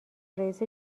رئیس